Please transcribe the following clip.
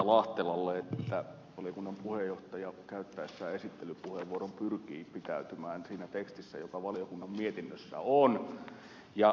lahtelalle että valiokunnan puheenjohtaja käyttäessään esittelypuheenvuoron pyrkii pitäytymään siinä tekstissä joka valiokunnan mietinnössä on